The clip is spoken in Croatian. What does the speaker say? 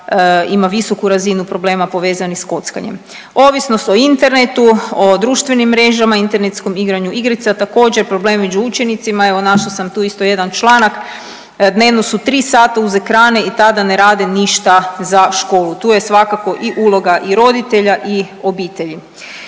ima visoku razinu problema povezanih s kockanjem. Ovisnost o internetu, o društvenim mrežama, internetskom igranju igrica, također problem među učenicima. Evo našla sam tu isto jedan članak, dnevno su 3 sata uz ekrane i tada ne rade ništa za školu. Tu je svakako i uloga i roditelja i obitelji.